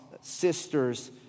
sister's